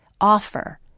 Offer